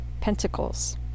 Pentacles